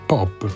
Pop